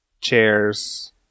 chairs